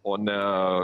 o ne